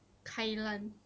kai lan